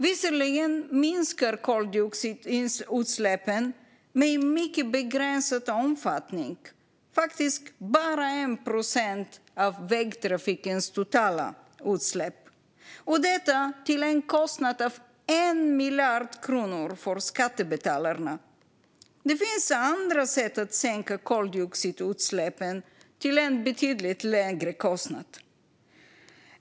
Visserligen skulle koldioxidutsläppen minska, men i mycket begränsad omfattning, faktiskt bara med 1 procent av vägtrafikens totala utsläpp, och det till en kostnad av 1 miljard kronor för skattebetalarna. Det finns andra sätt att sänka koldioxidutsläppen och till en betydligt lägre kostnad.